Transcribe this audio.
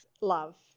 love